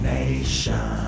Nation